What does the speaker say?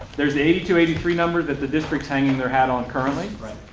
there's eighty two eighty three numbers that the district's hanging their hat on currently. right.